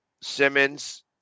Simmons